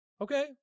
Okay